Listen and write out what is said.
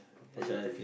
positive